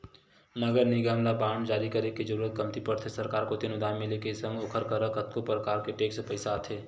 नगर निगम ल बांड जारी करे के जरुरत कमती पड़थे सरकार कोती अनुदान मिले के संग ओखर करा कतको परकार के टेक्स पइसा आथे